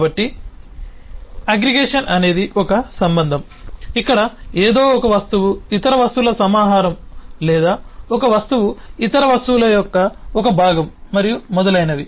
కాబట్టి అగ్రిగేషన్ అనేది ఒక సంబంధం ఇక్కడ ఏదో ఒక వస్తువు ఇతర వస్తువుల సమాహారం లేదా ఒక వస్తువు ఇతర వస్తువుల యొక్క ఒక భాగం మరియు మొదలైనవి